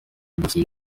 dosiye